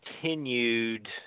continued